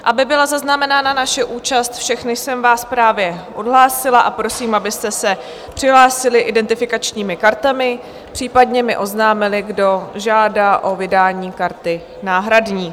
Aby byla zaznamenána naše účast, všechny jsem vás právě odhlásila a prosím, abyste se přihlásili identifikačními kartami, případně mi oznámili, kdo žádá o vydání karty náhradní.